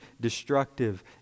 destructive